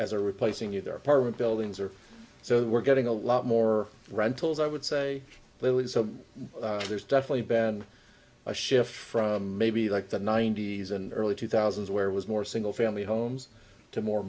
as a replacing you there apartment buildings or so we're getting a lot more rentals i would say clearly so there's definitely been a shift from maybe like the ninety's and early two thousand is where was more single family homes to more